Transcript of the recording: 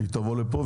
שהיא תבוא לפה,